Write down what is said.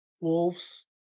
Wolves